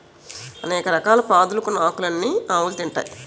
అనేక రకాల పాదులుకున్న ఆకులన్నీ ఆవులు తింటాయి